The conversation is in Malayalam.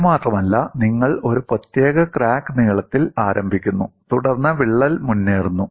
ഇത് മാത്രമല്ല നിങ്ങൾ ഒരു പ്രത്യേക ക്രാക്ക് നീളത്തിൽ ആരംഭിക്കുന്നു തുടർന്ന് വിള്ളൽ മുന്നേറുന്നു